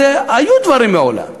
היו דברים מעולם.